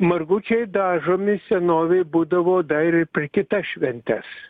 margučiai dažomi senovėj būdavo dar ir per kitas šventes